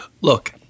look